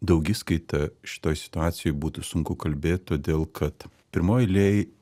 daugiskaita šitoj situacijoj būtų sunku kalbėt todėl kad pirmoj eilėj